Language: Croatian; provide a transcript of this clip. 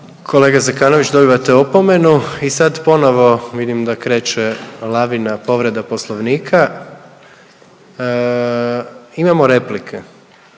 Kolega Zekanović dobivate opomenu i sad ponovo vidim da kreće lavina povreda Poslovnika. Imamo replike,